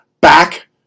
back